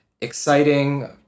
exciting